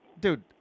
Dude